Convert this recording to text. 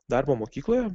darbo mokykloje